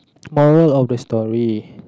moral of the story